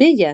beje